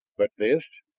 but. this.